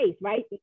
right